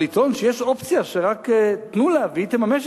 אבל לטעון שיש אופציה, שרק תנו לה, והיא תממש